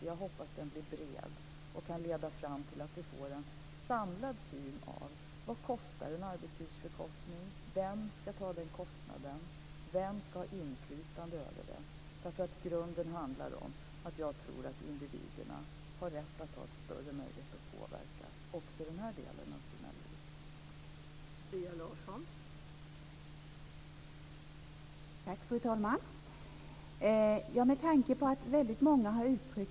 Jag hoppas att den blir bred och kan leda fram till att vi får en samlad syn på vad en arbetstidsförkortning kostar, vem som ska ta den kostnaden och vem som ska ha inflytande över den. I grunden handlar det nämligen, tror jag, om att individerna har rätt att ha större möjligheter att påverka också den här delen av sina liv.